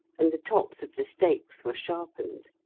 and the tops of the stakes were sharpened.